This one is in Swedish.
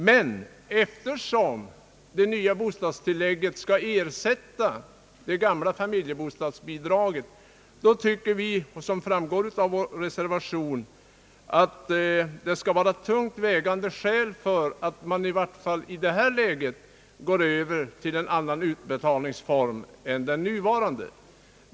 Men eftersom det nya bostadstillägget skall ersätta det gamla familjebostadsbidraget tycker vi, såsom framgår av vår reservation, att det skall finnas tungt vägande skäl för att man 1 varje fall i detta läge går över till en annan utbetalningsform än den nuvarande.